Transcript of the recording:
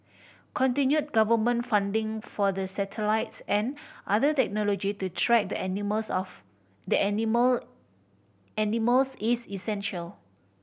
continued government funding for the satellites and other technology to track the animals of the animal animals is essential